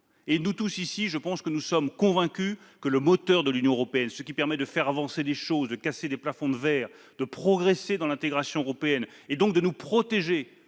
est à l'origine. Je pense que nous sommes tous ici convaincus que le moteur de l'Union européenne, qui permet de faire avancer les choses, de casser les plafonds de verre, de progresser dans l'intégration européenne, et donc de nous protéger